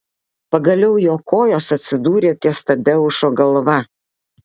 pagaliau jo kojos atsidūrė ties tadeušo galva